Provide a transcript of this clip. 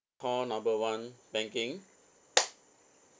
call number one banking